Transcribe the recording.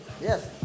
Yes